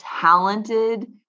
talented